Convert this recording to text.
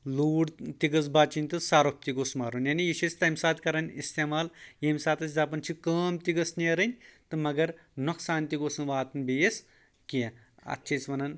لوٗر تہِ گٔژھ بچِنۍ تہٕ سَرُف تہِ گوٚژھ مَرُن یعنی یہِ چھِ أسۍ تمہِ ساتہٕ کران اِستعمَال ییٚمہِ ساتہٕ أسۍ دَپان چھِ کٲم تہِ گٔژھِ نیرٕنۍ تہٕ مگر نۄقصان تہِ گوٚژھ نہٕ واتُن بیٚیِس کینٛہہ اَتھ چھِ أسۍ ونان